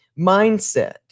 mindset